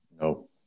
No